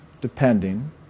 depending